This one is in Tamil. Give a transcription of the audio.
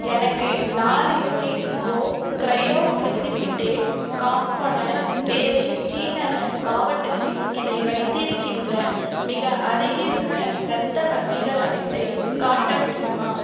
எனக்கு நாலு unit O cryo precipitated component தேவை ஸ்ரீநகர் மாவட்டத்தில் இதை வைத்திருக்கின்ற மிக அருகிலுள்ள இரத்த வங்கிகள் அனைத்தையும் காட்ட முடியுமா